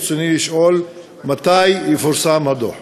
רצוני לשאול: מתי יפורסם הדוח?